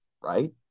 right